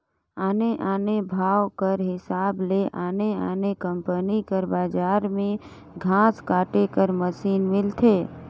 आने आने भाव कर हिसाब ले आने आने कंपनी कर बजार में घांस काटे कर मसीन मिलथे